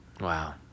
Wow